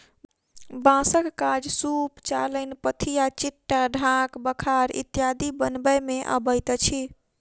बाँसक काज सूप, चालैन, पथिया, छिट्टा, ढाक, बखार इत्यादि बनबय मे अबैत अछि